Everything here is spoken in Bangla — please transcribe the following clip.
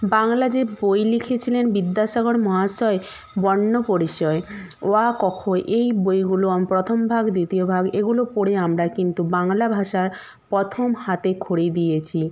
বাংলা যে বই লিখেছিলেন বিদ্যাসাগর মহাশয় বর্ণপরিচয় অ আ ক খ এই বইগুলো প্রথম ভাগ দ্বিতীয় ভাগ এগুলো পড়ে আমরা কিন্তু বাংলা ভাষার প্রথম হাতে খড়ি দিয়েছি